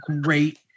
great